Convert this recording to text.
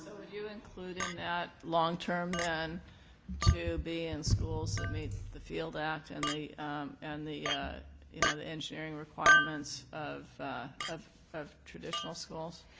would you include in that long term then to be in schools that meet the field act and the and the you know, the engineering requirements of of traditional schools?